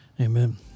Amen